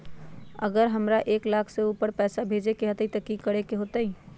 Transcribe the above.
अगर हमरा एक लाख से ऊपर पैसा भेजे के होतई त की करेके होतय?